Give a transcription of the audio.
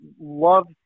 love